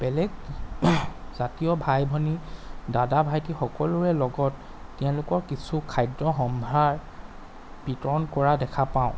বেলেগ জাতীয় ভাই ভনী দাদা ভাইটি সকলোৰে লগত তেওঁলোকৰ কিছু খাদ্য সম্ভাৰ বিতৰণ কৰা দেখা পাওঁ